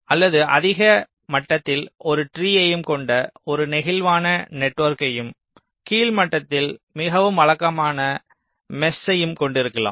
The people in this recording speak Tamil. அல்லது அதிக மட்டத்தில் ஒரு ட்ரீயையும் கொண்ட ஒரு நெகிழ்வான நெட்வொர்க்கையும் கீழ் மட்டத்தில் மிகவும் வழக்கமான மேஷ்யையும் கொண்டிருக்கலாம்